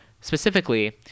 Specifically